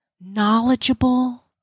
knowledgeable